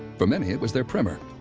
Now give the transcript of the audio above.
for many, it was their primer.